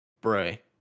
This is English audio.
Bray